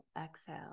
Exhale